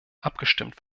abgestimmt